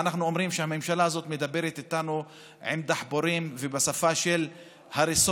אנחנו אומרים שהממשלה הזאת מדברת איתנו עם דחפורים ובשפה של הריסות